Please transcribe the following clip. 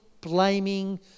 blaming